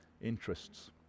interests